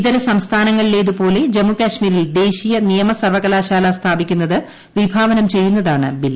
ഇതര സംസ്ഥാനങ്ങളിലേത് പോലെ ജമ്മു കാശ്മീരിൽ ദേശീയ നിയമ സർവ്വകലാശാല സ്ഥാപിക്കുന്നത് വിഭാവന്റ് ചെയ്യുന്നതാണ് ബിൽ